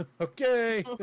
Okay